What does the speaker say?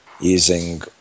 using